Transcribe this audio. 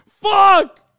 Fuck